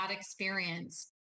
experience